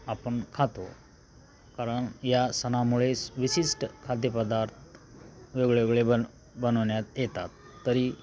आपण खातो कारण या सणामुळेच विशिष्ट खाद्यपदार्थ वेगळेवेगळे बन बनवण्यात येतात तरी